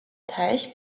teich